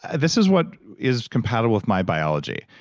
and this is what is compatible with my biology.